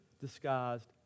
disguised